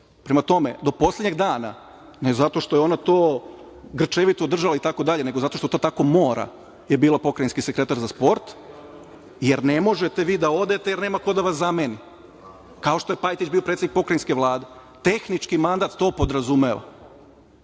tome, do poslednjeg dana, ne zato što je ona to grčevito držala, itd. nego zato što to tako mora, je bila pokrajinski sekretar za sport, jer ne možete vi da odete, jer nema ko da vas zameni, kao što je Pajtić bio predsednik Pokrajinske Vlade. Tehnički mandat to podrazumeva,